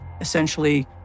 Essentially